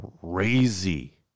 crazy